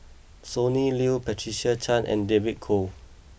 Sonny Liew Patricia Chan and David Kwo